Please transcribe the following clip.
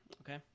Okay